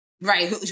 right